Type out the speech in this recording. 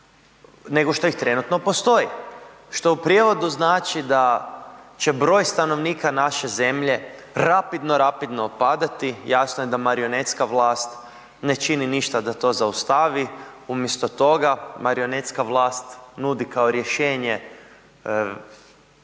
nego što ih trenutno postoji. Što u prijevodu znači da će broj stanovnika naše zemlje rapidno, rapidno opadati jasno je da marionetska vlast ne čini ništa da to zaustavi. Umjesto toga marionetska vlast nudi kao rješenje